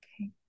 Okay